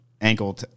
ankle